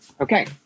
Okay